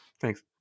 Thanks